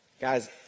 Guys